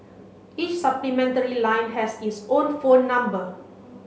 each supplementary line has its own phone number